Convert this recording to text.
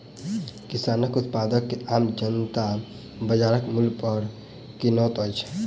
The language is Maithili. किसानक उत्पाद के आम जनता बाजारक मूल्य पर किनैत छै